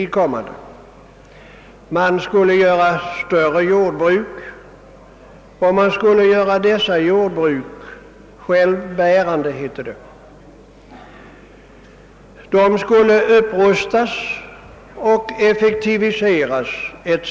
Det skulle upprättas större jordbruk och dessa skulle göras självbärande, hette det; de skulle upprustas och effektiviseras etc.